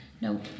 No